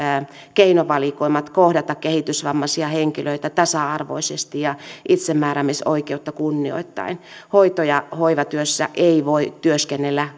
keinovalikoimat kohdata kehitysvammaisia henkilöitä tasa arvoisesti ja itsemääräämisoikeutta kunnioittaen hoito ja hoivatyössä ei voi työskennellä